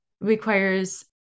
requires